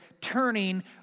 turning